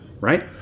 Right